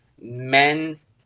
men's